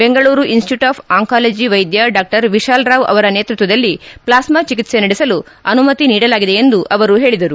Bengaluru institute of oncology ವೈದ್ಯ ಡಾ ವಿಶಾಲ್ ರಾವ್ ಅವರ ನೇತೃತ್ವದಲ್ಲಿ ಪ್ಲಾಸ್ನಾ ಚಿಕಿತ್ತೆ ನಡೆಸಲು ಅನುಮತಿ ನೀಡಲಾಗಿದೆ ಎಂದು ಅವರು ಹೇಳಿದರು